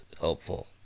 helpful